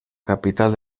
capital